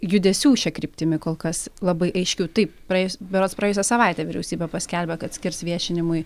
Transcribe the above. judesių šia kryptimi kol kas labai aiškių taip praėjus berods praėjusią savaitę vyriausybė paskelbė kad skirs viešinimui